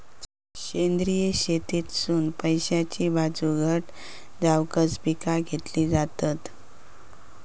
सेंद्रिय शेतीतसुन पैशाची बाजू घट जावकच पिका घेतली जातत